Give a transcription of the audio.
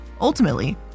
Ultimately